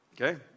Okay